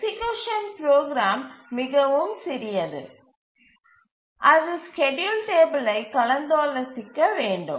executive program மிகவும் சிறியது அது ஸ்கேட்யூல் டேபிளை கலந்தாலோசிக்க வேண்டும்